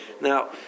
Now